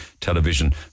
television